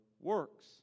works